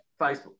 Facebook